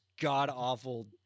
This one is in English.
god-awful